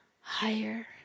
higher